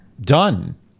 done